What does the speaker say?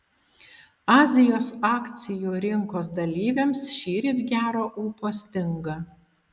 azijos akcijų rinkos dalyviams šįryt gero ūpo stinga